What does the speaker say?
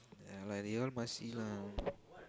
uh like they all must see lah